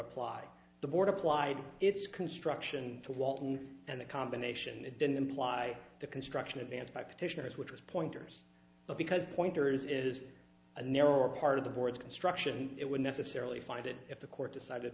apply the board applied its construction to walton and the combination it didn't imply the construction advanced by petitioners which was pointers but because pointers is a narrower part of the board's construction it would necessarily find it if the court decided